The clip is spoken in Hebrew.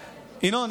ינון,